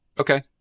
Okay